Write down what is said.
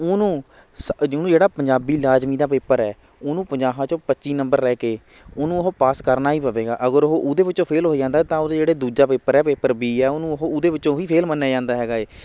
ਉਹਨੂੰ ਸ ਜਿਹਨੂੰ ਜਿਹੜਾ ਪੰਜਾਬੀ ਲਾਜ਼ਮੀ ਦਾ ਪੇਪਰ ਹੈ ਉਹਨੂੰ ਪੰਜਾਹਾਂ 'ਚੋਂ ਪੱਚੀ ਨੰਬਰ ਲੈ ਕੇ ਉਹਨੂੰ ਉਹ ਪਾਸ ਕਰਨਾ ਹੀ ਪਵੇਗਾ ਅਗਰ ਉਹ ਉਹਦੇ ਵਿੱਚੋਂ ਫੇਲ੍ਹ ਹੋ ਜਾਂਦਾ ਤਾਂ ਉਹਦੇ ਜਿਹੜੇ ਦੂਜਾ ਪੇਪਰ ਹੈ ਪੇਪਰ ਬੀ ਆ ਉਹਨੂੰ ਉਹ ਉਹਦੇ ਵਿੱਚੋਂ ਵੀ ਫੇਲ੍ਹ ਮੰਨਿਆ ਜਾਂਦਾ ਹੈਗਾ ਹੈ